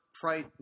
price